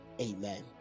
Amen